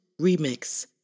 Remix